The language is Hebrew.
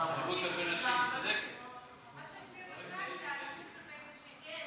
מה שהופיע במסך היה אלימות כלפי נשים.